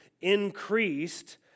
increased